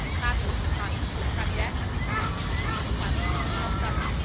copy. copy, copy that. copy you. copy, copy, copy.